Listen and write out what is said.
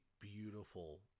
beautiful